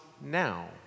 now